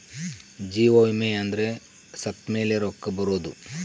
ಜೀವ ವಿಮೆ ಅಂದ್ರ ಸತ್ತ್ಮೆಲೆ ರೊಕ್ಕ ಬರೋದು